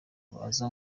baza